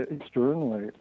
externally